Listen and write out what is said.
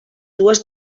dues